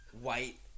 White